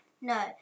No